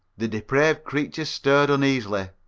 the depraved creature stirred uneasily.